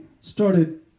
started